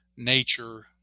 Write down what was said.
nature